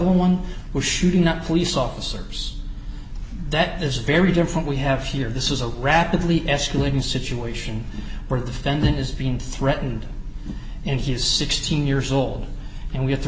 one was shooting not police officers that is very different we have here this is a rapidly escalating situation where the fenton is being threatened and he's sixteen years old and we have to